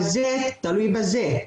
אז זה תלוי בזה.